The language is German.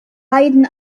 beiden